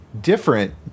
different